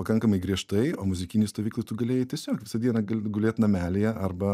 pakankamai griežtai o muzikinėj stovykloj tu galėjai tiesiog visą dieną gali gulėt namelyje arba